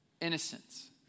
innocence